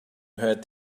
heard